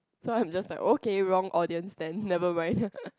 so I'm just like okay wrong audience then nevermind